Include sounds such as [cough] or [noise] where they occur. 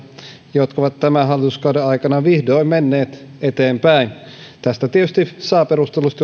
jotka ovat tämän hallituskauden aikana vihdoin menneet eteenpäin tästä tietysti saa perustellusti [unintelligible]